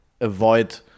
avoid